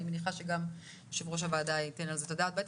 אני מניחה שגם יושב ראש הוועדה יתן על זה את הדעת.